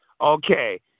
Okay